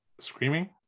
screaming